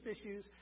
issues